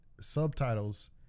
subtitles